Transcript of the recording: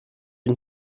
une